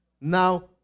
now